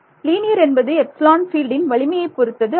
linear என்பது epsilon பீல்டின் வலிமையைப் பொறுத்தது அல்ல